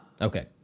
Okay